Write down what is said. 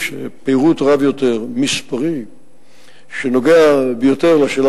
שכל ההכנסות מהאגרות ומההיטלים שנגבים מהתושבים